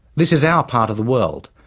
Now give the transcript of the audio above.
this is our part of the world,